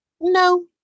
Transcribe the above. no